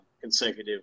consecutive